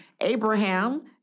Abraham